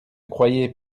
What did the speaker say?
croyez